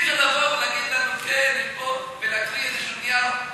אי-אפשר לבוא ולהגיד לנו: כן ולהקריא איזשהו נייר.